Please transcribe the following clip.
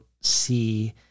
see